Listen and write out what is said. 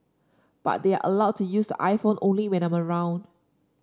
but they are allowed to use the iPhone only when I'm around